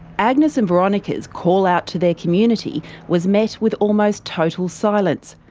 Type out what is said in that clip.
agnes and veronica's callout to their community was met with almost total silence.